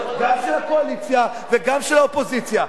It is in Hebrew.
גם של הקואליציה וגם של האופוזיציה.